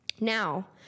Now